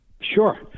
sure